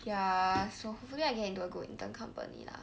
ya so hopefully I get into a good intern company lah